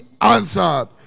answered